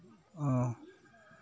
ᱚ